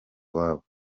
iwabo